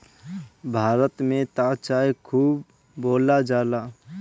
भारत में त चाय खूब बोअल जाला